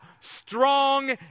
Strong